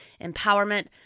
empowerment